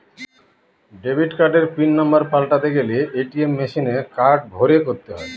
debit কার্ডের pin number পাল্টাতে গেলে এ.টি.এম মেশিনে কার্ড ভোরে করতে হয়